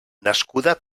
nascuda